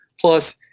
plus